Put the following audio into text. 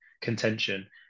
contention